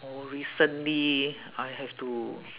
oh recently I have to